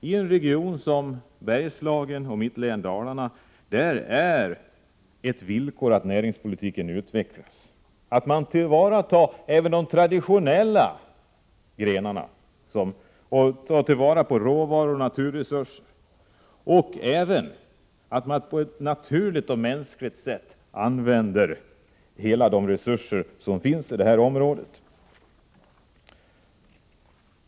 I en region som Bergslagen och mitt län Kopparberg är det ett villkor att näringspolitiken utvecklas, att man tillvaratar råvaror och naturrikedomar och på ett naturligt och mänskligt sätt använder alla de resurser som finns i området.